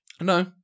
No